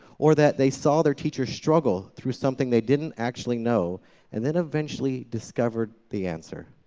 or that they saw their teacher struggle through something they didn't actually know and then eventually discover the answer.